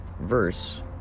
verse